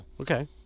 Okay